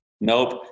Nope